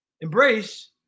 Embrace